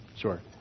Sure